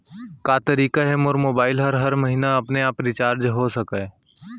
का तरीका हे कि मोर मोबाइल ह हर महीना अपने आप रिचार्ज हो सकय?